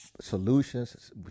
solutions